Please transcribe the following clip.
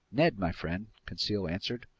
ned my friend, conseil answered,